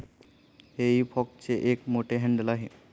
हेई फॉकचे एक मोठे हँडल आहे